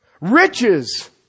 Riches